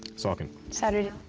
saucon. saturday